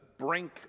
brink